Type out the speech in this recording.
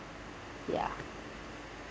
ya